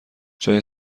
جای